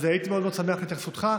אז הייתי מאוד מאוד שמח להתייחסותך.